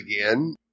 again